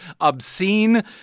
obscene